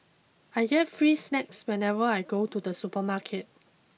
I get free snacks whenever I go to the supermarket